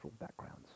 backgrounds